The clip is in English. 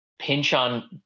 Pinchon